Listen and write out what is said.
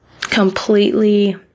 completely